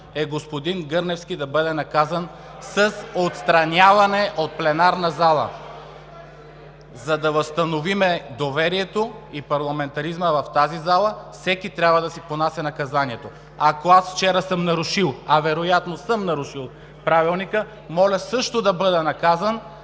е господин Гърневски да бъде наказан с отстраняване от пленарната зала. (Шум и реплики.) За да възстановим доверието и парламентаризма в тази зала, всеки трябва да си понася наказанието. Ако аз вчера съм нарушил, а вероятно съм нарушил Правилника (реплики), моля също да бъда наказан